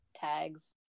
tags